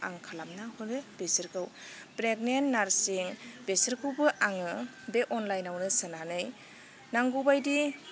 आं खालामना हरो बिसोरखौ प्रेगनेन्ट नारसिं बेसोरखौबो आङो बे अनलाइनावनो सोनानै नांगौ बायदि